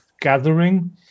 gathering